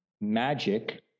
magic